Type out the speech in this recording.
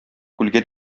күлгә